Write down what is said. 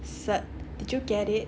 cert did you get it